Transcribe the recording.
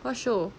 what show